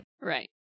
Right